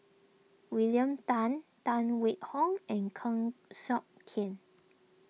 William Tan Tan Wait Hong and Heng Siok Tian